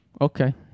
okay